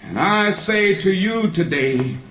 say to you today,